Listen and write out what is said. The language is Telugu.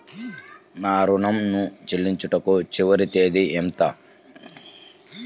నా ఋణం ను చెల్లించుటకు చివరి తేదీ ఎంత?